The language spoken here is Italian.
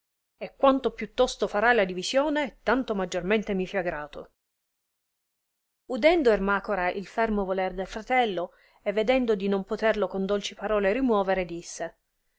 e quanto più tosto farai la divisione tanto maggiormente mi fia grato udendo ermacora il fermo voler del fratello e vedendo di non poterlo con dolci parole rimuovere disse